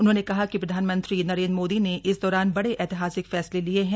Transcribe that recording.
उन्होंने कहा कि प्रधानमंत्री नरेंद्र मोदी ने इस दौरान बड़े ऐतिहासिक फैसले लिए हैं